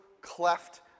cleft